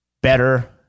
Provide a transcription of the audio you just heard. better